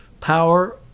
Power